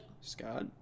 Scott